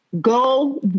Go